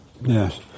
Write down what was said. Yes